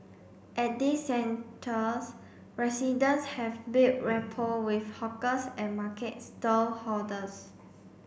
at these centres residents have built rapport with hawkers and market stallholders